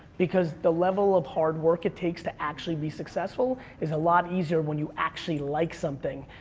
because the level of hard work it takes to actually be successful is a lot easier when you actually like something,